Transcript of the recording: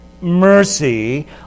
mercy